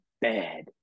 bad